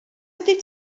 ydy